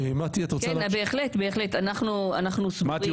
אנחנו סבורים --- מטי,